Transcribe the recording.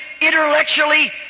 intellectually